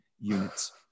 units